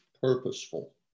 purposeful